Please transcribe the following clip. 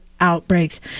outbreaks